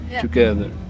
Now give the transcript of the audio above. together